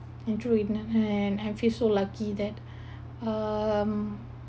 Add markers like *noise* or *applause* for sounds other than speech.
and through it uh and I feel so lucky that *breath* um